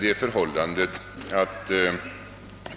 Det förhållandet att